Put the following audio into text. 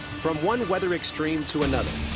from one weather extreme to another,